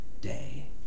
day